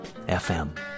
FM